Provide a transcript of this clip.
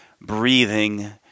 breathing